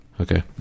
Okay